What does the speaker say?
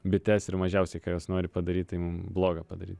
bites ir mažiausiai ką jos nori padaryt tai mum bloga padaryt